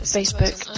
Facebook